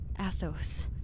Athos